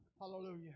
Hallelujah